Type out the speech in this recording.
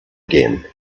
again